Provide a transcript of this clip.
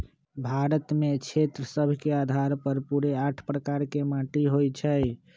भारत में क्षेत्र सभ के अधार पर पूरे आठ प्रकार के माटि होइ छइ